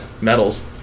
medals